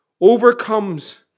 overcomes